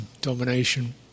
domination